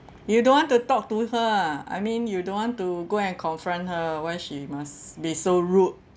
you don't want to talk to her ah I mean you don't want to go and confront her why she must be so rude